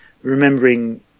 remembering